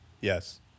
Yes